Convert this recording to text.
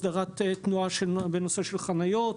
הסדרת תנועה בנושא חניות,